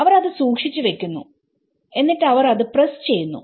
അവർ അത് സൂക്ഷിച്ചു വെക്കുന്നു എന്നിട്ട് അവർ അത് പ്രെസ്സ് ചെയ്യുന്നു